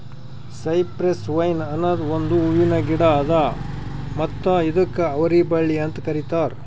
cypress vine ಅನದ್ ಒಂದು ಹೂವಿನ ಗಿಡ ಅದಾ ಮತ್ತ ಇದುಕ್ ಅವರಿ ಬಳ್ಳಿ ಅಂತ್ ಕರಿತಾರ್